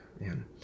man